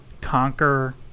conquer